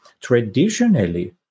traditionally